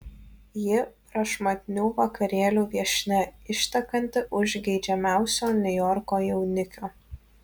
ji prašmatnių vakarėlių viešnia ištekanti už geidžiamiausio niujorko jaunikio